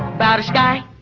bash guy